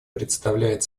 представляет